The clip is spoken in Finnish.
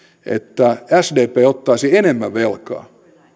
että sdp ottaisi enemmän velkaa